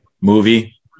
movie